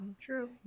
true